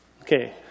Okay